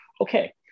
okay